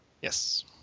Yes